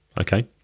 Okay